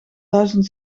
duizend